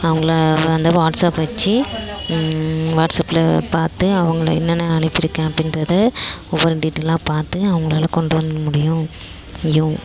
அவங்ள வந்து வாட்ஸ்சப் வைச்சு வாட்ஸ்சப்பில்ல பார்த்து அவங்ள என்னென்ன அனுப்பியிருக்கேன் அப்படின்றத ஒவ்வொரு டீட்டெயிலாக பார்த்து அவங்களால கொண்டு வர முடியும்